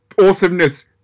awesomeness